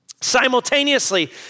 Simultaneously